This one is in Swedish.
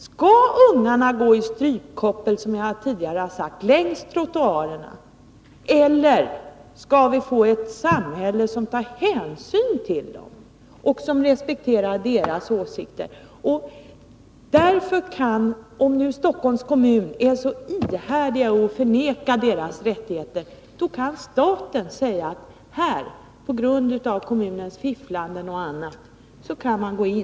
Skall ungarna, som jag tidigare har sagt, gå i strypkoppel längs trottoarerna, eller skall vi få ett samhälle som tar hänsyn till dem och som respekterar deras åsikter? Om Stockholms kommun så ihärdigt förnekar barnens rättigheter kan staten, på grund av kommunens fiffel och annat, gripa in.